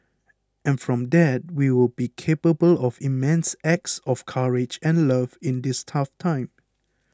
and from that we will be capable of immense acts of courage and love in this tough time